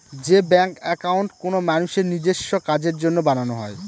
যে bank account কোনো মানুষের নিজেস্ব কাজের জন্য বানানো হয়